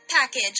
...package